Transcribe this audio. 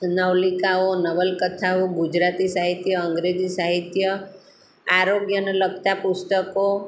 નવલિકાઓ નવલકથાઓ ગુજરાતી સાહિત્ય અંગ્રેજી સાહિત્ય આરોગ્યને લગતા પુસ્તકો